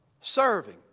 serving